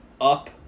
up